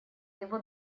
его